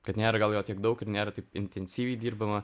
kad nėra gal jo tiek daug nėra taip intensyviai dirbama